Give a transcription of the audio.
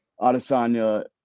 Adesanya